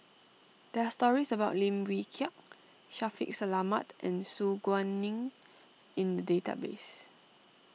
there are stories about Lim Wee Kiak Shaffiq Selamat and Su Guaning in the database